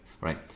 Right